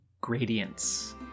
gradients